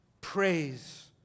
praise